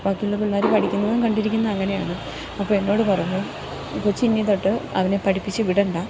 ബാക്കിയുള്ള പിള്ളേരും പഠിക്കുന്നതും കണ്ടിരിക്കുന്ന അങ്ങനെയാണ് അപ്പോൾ എന്നോട് പറഞ്ഞു കൊച്ചിന്നീ തൊട്ട് അവനെ പഠിപ്പിച്ച് വിടേണ്ട